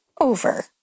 over